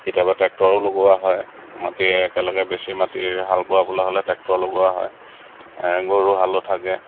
কেতিয়াবা টেক্টৰো লগোৱা হয় মাটি একেলগে বেছি মাটি হাল বোৱাবলৈ হ'লে টেক্টৰ লগোৱা হয় গৰু হালো থাকে